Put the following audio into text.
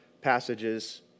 passages